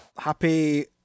Happy